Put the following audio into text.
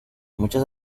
muchas